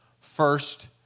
First